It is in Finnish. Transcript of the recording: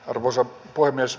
arvoisa puhemies